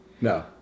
No